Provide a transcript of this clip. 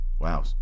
Wow